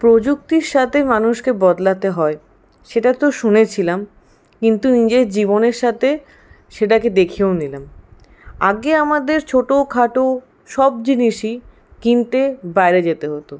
প্রযুক্তির সাথে মানুষকে বদলাতে হয় সেটা তো শুনেছিলাম কিন্তু নিজের জীবনের সাথে সেটাকে দেখেও নিলাম আগে আমাদের ছোটো খাটো সব জিনিসই কিনতে বাইরে যেতে হত